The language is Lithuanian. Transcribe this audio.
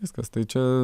viskas tai čia